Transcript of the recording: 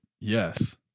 Yes